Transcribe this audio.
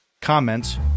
comments